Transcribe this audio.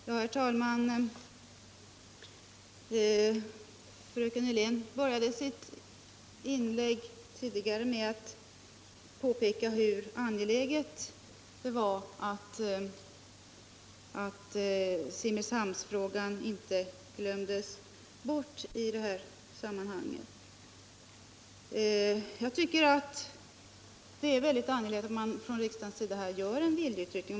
Herr talman! Fröken Hörlén började sitt inlägg tidigare med att påpeka hur angeläget det var att Simrishamnsfrågan inte glömdes bort i det här sammanhanget. Jag tycker att det är väldigt angeläget att riksdagen gör en viljeyttring på den punkten.